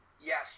Yes